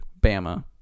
bama